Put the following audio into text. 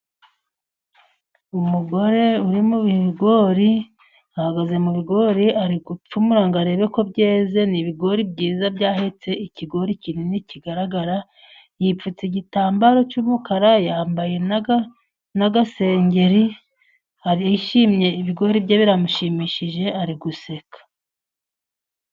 Umugore uri mu bigori, ahagaze mu bigori, ari gupfumura ngo arebe ko byeze, ni ibigori byiza byahetse ikigori kinini kigaragara, yipfutse igitambaro cy'mukara, yambaye n'agasengeri, arishimye, ibigori bye biramushimishije ari guseka.